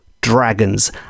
dragons